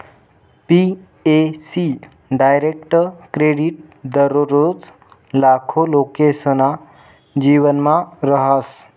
बी.ए.सी direct credit दररोज लाखो लोकेसना जीवनमा रहास